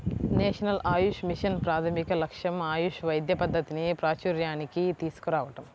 national Ayush mission ప్రాథమిక లక్ష్యం ఆయుష్ వైద్య పద్ధతిని ప్రాచూర్యానికి తీసుకురావటం